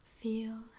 Feel